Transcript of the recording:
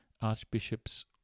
archbishops